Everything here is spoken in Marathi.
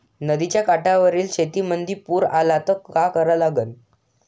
नदीच्या काठावरील शेतीमंदी पूर आला त का करा लागन?